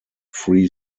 free